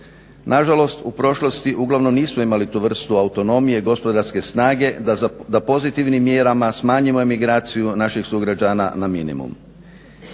Nažalost, u prošlosti uglavnom nismo imali tu vrstu autonomije, gospodarske snage da pozitivnim mjerama smanjimo emigraciju naših sugrađana na minimum.